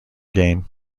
game